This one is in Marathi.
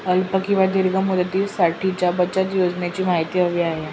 अल्प किंवा दीर्घ मुदतीसाठीच्या बचत योजनेची माहिती हवी आहे